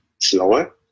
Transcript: slower